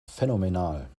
phänomenal